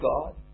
God